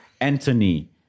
Anthony